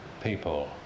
people